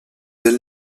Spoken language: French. elle